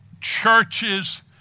churches